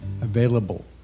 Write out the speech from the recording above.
available